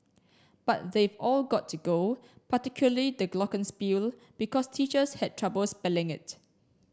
but they've all got to go particularly the glockenspiel because teachers had trouble spelling it